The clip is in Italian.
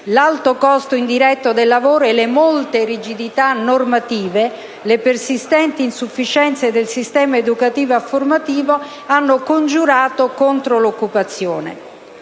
l'alto costo indiretto del lavoro e le molte rigidità normative, le persistenti insufficienze del sistema educativo e formativo hanno congiurato contro l'occupazione.